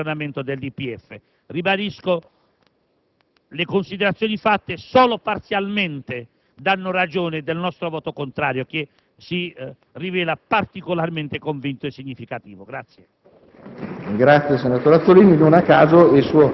convintamente contro questa Nota di aggiornamento al DPEF. Ribadisco: le considerazioni fatte solo parzialmente danno ragione del nostro voto contrario, che si rivela particolarmente convinto e significativo.